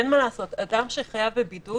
אין מה לעשות, אדם שחייב בבידוד